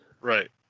Right